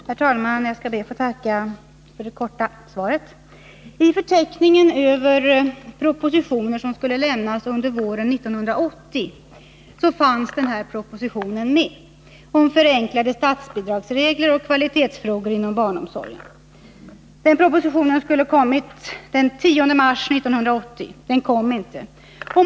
Herr talman! Jag skall be att få tacka socialministern för det korta svaret. I förteckningen över propositioner som skulle lämnas under våren 1980 fanns en proposition om förenklade statsbidragsregler och kvalitetsfrågor inom barnomsorgen med. Den propositionen skulle ha kommit den 10 mars 1980. Den kom inte.